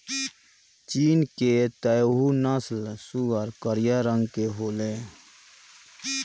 चीन के तैहु नस्ल कअ सूअर करिया रंग के होले